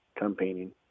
campaigning